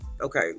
Okay